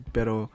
Pero